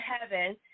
heaven